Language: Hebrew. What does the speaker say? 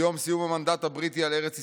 ביום סיום המנדט הבריטי על ארץ ישראל,